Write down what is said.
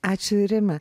ačiū rima